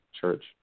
church